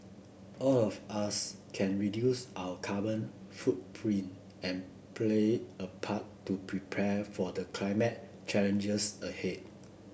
all of us can reduce our carbon footprint and play a part to prepare for the climate challenges ahead